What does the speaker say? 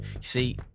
see